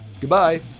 Goodbye